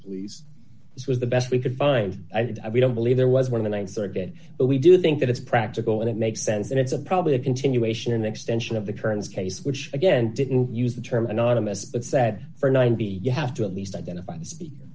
please this was the best we could find i don't believe there was one the th circuit but we do think that it's practical and it makes sense and it's a probably a continuation an extension of the kerns case which again didn't use the term anonymous but sat for nine b you have to at least identify the speaker